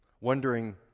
wondering